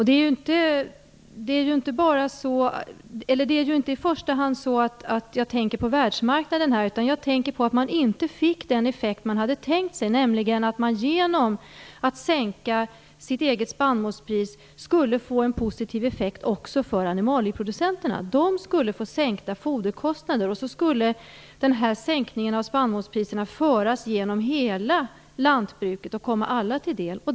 Det är ju inte i första hand världsmarknaden som jag tänker på, utan jag tänker på att det inte blev den effekt som man hade tänkt sig. Genom att sänka sitt eget spannmålspris skulle man få en positiv effekt också för animalieproducenterna som skulle få sänkta foderkostnader. På så sätt skulle sänkningen av spannmålspriserna föras genom hela lantbruket och komma alla till del.